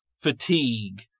Fatigue